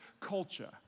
culture